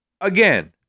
again